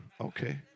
okay